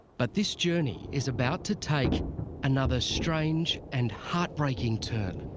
but this journey is about to take another strange and heartbreaking turn.